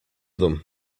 them